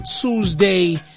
Tuesday